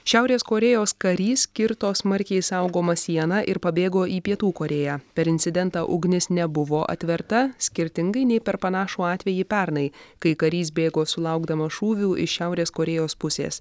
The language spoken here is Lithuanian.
šiaurės korėjos karys kirto smarkiai saugomą sieną ir pabėgo į pietų korėją per incidentą ugnis nebuvo atverta skirtingai nei per panašų atvejį pernai kai karys bėgo sulaukdamas šūvių iš šiaurės korėjos pusės